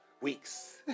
weeks